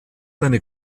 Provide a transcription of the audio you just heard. seine